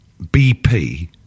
BP